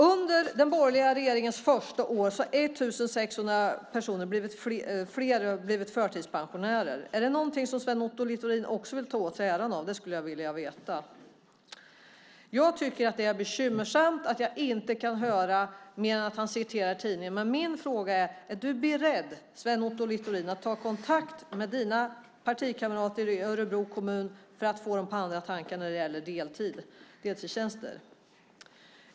Under den borgerliga regeringens första år har 1 600 fler personer blivit förtidspensionärer. Är det någonting som Sven Otto Littorin också vill ta åt sig äran av? Det skulle jag vilja veta. Det är bekymmersamt att jag inte kan få höra mer än att han citerar tidningen. Min fråga är: Är du beredd, Sven Otto Littorin, att ta kontakt med dina partikamrater i Örebro för att få dem på andra tankar när det gäller deltidstjänster?